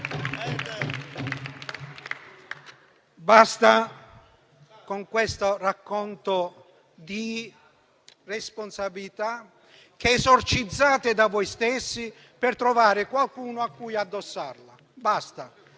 Basta con questo racconto di responsabilità, che esorcizzate da voi stessi per trovare qualcuno a cui addossarle. Basta!